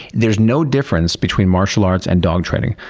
there's no difference between martial arts and dog training.